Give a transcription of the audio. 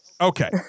Okay